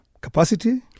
Capacity